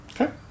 Okay